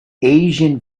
asian